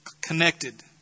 connected